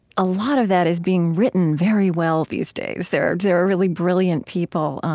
a lot of that is being written very well these days. they are are really brilliant people.